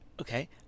Okay